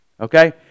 okay